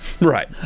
Right